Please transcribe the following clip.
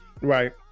right